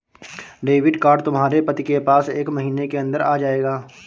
debit card तुम्हारे पति के पास एक महीने के अंदर आ जाएगा